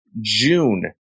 June